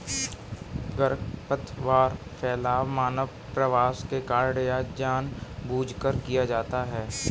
खरपतवार फैलाव मानव प्रवास के कारण या जानबूझकर किया जाता हैं